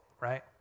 right